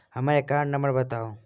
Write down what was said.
हम्मर account number बताऊ?